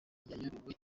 yayobowe